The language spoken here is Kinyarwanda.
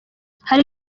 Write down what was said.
hari